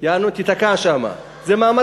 מביאים לה פרחים כל ערב